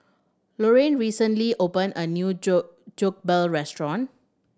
Luanne recently open a new Jokbal restaurant